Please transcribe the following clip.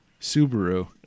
Subaru